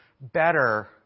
better